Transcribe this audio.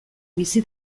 bizi